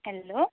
hello